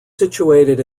situated